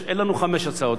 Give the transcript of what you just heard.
כל חברי הנשיאות.